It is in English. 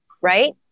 right